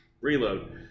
reload